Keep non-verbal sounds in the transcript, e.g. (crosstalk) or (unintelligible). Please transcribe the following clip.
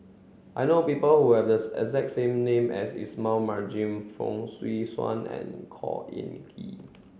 I know people who have the (unintelligible) exact name as Ismail Marjan Fong Swee Suan and Khor Ean Ghee